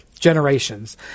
generations